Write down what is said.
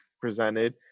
presented